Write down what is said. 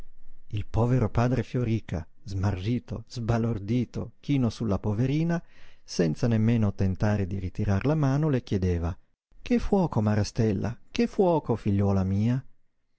il povero padre fioríca smarrito sbalordito chino sulla poverina senza nemmeno tentare di ritirar la mano le chiedeva che fuoco marastella che fuoco figliuola mia